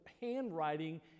handwriting